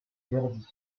verdi